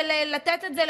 לא רק שלא מטפלים בזה,